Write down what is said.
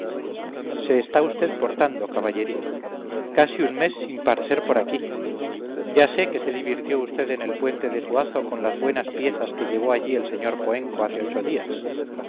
se está usted portando caballerito casi un mes sin parecer por aquí ya sé que se divirtió usted en el puente de suazo con las buenas piezas que llevó allí el sr poenco hace ocho días